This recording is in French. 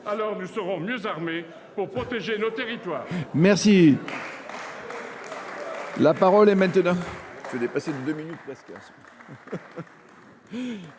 nous serons mieux armés pour protéger nos territoires.